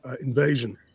invasion